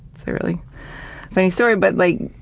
it's a really funny story, but like,